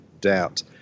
doubt